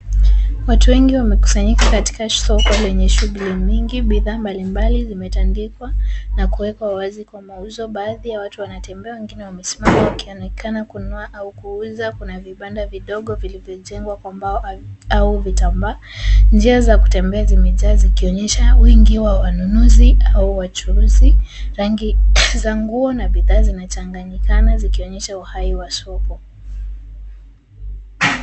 Watu wengi wamekusanyika katika soko lenye shughuli mingi. Bidhaa mbalimbali zimetandikwa na kuwekwa wazi kwa mauzo. Baadhi ya watu wanatembea wengine wamesimama wakionekana kununua au kuuza. Kuna vibanda vidogo vilivyojengwa kwa mbao au vitambaa. Njia za kutembea zimejaa zikionyesha wingi wa wanunuzi au wachuuzi. Rangi za nguo na bidhaa zinachanganyikana zikionyesha uhai wa soko.